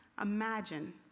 Imagine